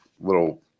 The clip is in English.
little